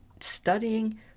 studying